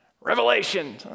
Revelation